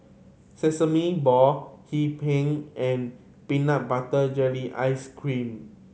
Sesame Ball Hee Pan and peanut butter jelly ice cream